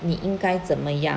你应该怎么样